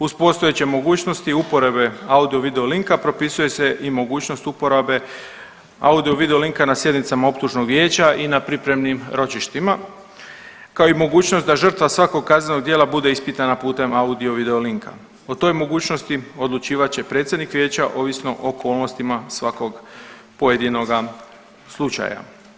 Uz postojeće mogućnosti i uporabe audio video linka propisuje se i mogućnost uporabe audio video linka na sjednicama optužnog vijeća i na pripremnim ročištima, kao i mogućnost da žrtva svakog kaznenog djela bude ispitana putem audio video linka, o toj mogućnosti odlučivat će predsjednik vijeća ovisno o okolnostima svakog pojedinoga slučaja.